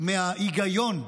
מההיגיון של: